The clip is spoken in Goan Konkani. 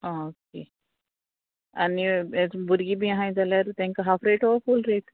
आं ओके आनी भुरगीं बी आहाय जाल्यार तेंका हाफ रेटू ओ फूल रेट